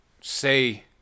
say